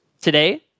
Today